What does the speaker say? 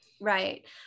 Right